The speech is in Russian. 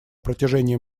протяжении